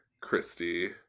Christy